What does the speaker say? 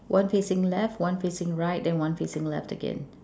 one facing left one facing right then one facing left again